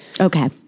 Okay